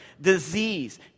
Disease